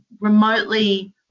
remotely